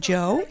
Joe